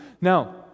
Now